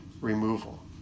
removal